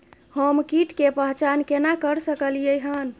हम कीट के पहचान केना कर सकलियै हन?